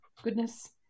Goodness